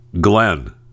Glenn